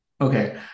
Okay